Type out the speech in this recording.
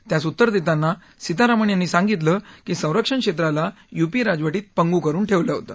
त्यास उत्तर देताना सीतारामन यांनी सांगितलं की संरक्षण क्षेत्राला यूपीए राजवटीत पंगू करून ठेवलं होतं